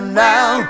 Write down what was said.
now